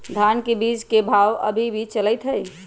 धान के बीज के भाव अभी की चलतई हई?